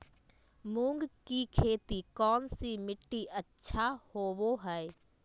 मूंग की खेती कौन सी मिट्टी अच्छा होबो हाय?